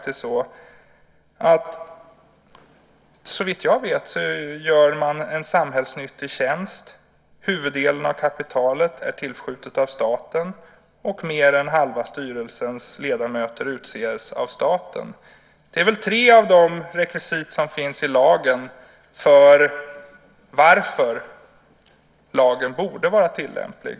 Såvitt jag vet gör man en samhällsnyttig tjänst, huvuddelen av kapitalet är tillskjutet av staten och mer än halva styrelsens ledamöter utses av staten. Det är väl tre av de rekvisit som finns i lagen för varför lagen borde vara tillämplig.